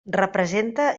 representa